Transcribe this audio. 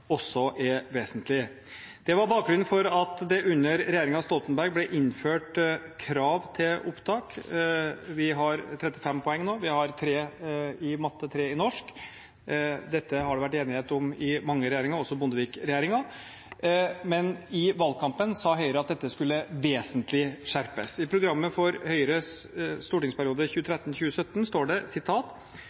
også er vesentlig. Det var bakgrunnen for at det under regjeringen Stoltenberg ble innført krav til opptak – 35 poeng nå. Vi har krav om 3 i matematikk og 3 i norsk. Dette har det vært enighet om i mange regjeringer, også i Bondevik-regjeringen, men i valgkampen sa Høyre at dette skulle vesentlig skjerpes. I Høyres stortingsvalgprogram 2013–2017 står det